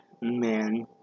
man